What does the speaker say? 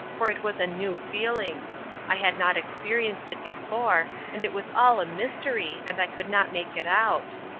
for it was a new feeling i had not experienced it before, and it was all a mystery, and i could not make it out.